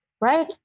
right